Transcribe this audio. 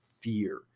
fear